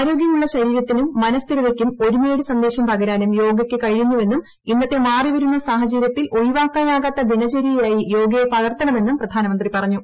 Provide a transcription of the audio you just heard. ആരോഗ്യമുള്ള ശരീരത്തിനും മനഃസ്ഥിരതയ്ക്കും ഒരുമയുടെ സന്ദേശം പകരാനും യോഗയ്ക്ക് കഴിയുന്നുവെന്നും ഇന്നത്തെ മാറിവരുന്ന സാഹചര്യത്തിൽ ഒഴിവാക്കാനാകാത്ത ദിനചര്യയായി യോഗയെ പകർത്തണമെന്നും പ്രധാനമന്ത്രി പറഞ്ഞു